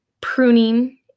Pruning